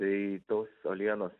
tai tos uolienos